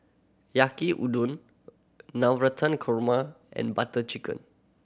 Yaki Udon Navratan Korma and Butter Chicken